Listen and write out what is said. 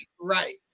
right